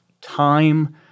time